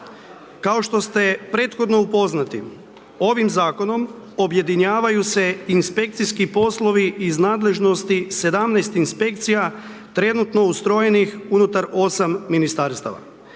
Kao što ste prethodno upoznati, ovim Zakonom objedinjuju se inspekcijski poslovi iz nadležnosti 17 inspekcija trenutno ustrojenih unutar 8 Ministarstava.